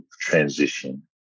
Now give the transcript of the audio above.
transition